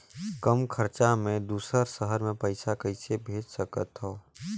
कम खरचा मे दुसर शहर मे पईसा कइसे भेज सकथव?